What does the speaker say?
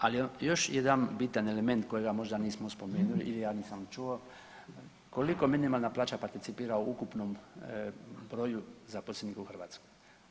Ali još jedan bitan element kojega možda nismo spomenuli ili ja nisam čuo, koliko minimalna plaća participira u ukupnom broju zaposlenika u Hrvatskoj.